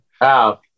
Wow